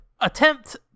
attempt